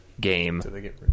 game